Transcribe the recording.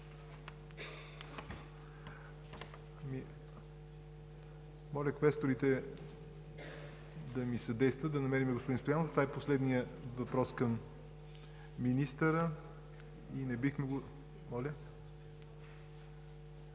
Моля квесторите да ми съдействат да намерим господин Стоянов. Това е последният въпрос към министъра. (Шум и реплики.)